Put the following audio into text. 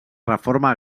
reforma